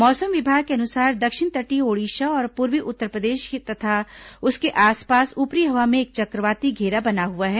मौसम विभाग के अनुसार दक्षिण तटीय ओडिशा और पूर्वी उत्तरप्रदेश तथा उसके आसपास ऊपरी हवा में एक चक्रवाती घेरा बना हुआ है